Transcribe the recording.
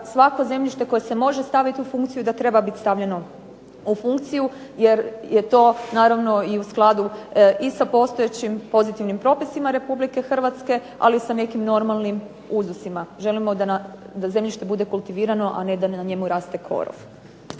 svako zemljište koje se može staviti u funkciju da treba biti stavljeno u funkciju jer je to naravno i u skladu i sa postojećim pozitivnim propisima RH, ali i sa nekim normalnim uzdusima. Želimo da zemljište bude kultivirano, a ne da na njemu raste korov.